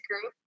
group